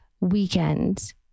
weekend